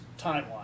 timeline